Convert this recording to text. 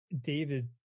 David